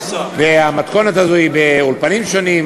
והמתכונת הזאת היא באולפנים שונים